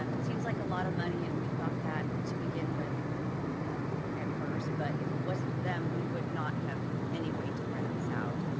um it seems like a lot of money and we thought that to begin with at first but if it wasn't for them, we would not have any way to rent this out